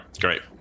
great